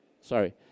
Sorry